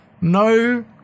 No